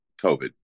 COVID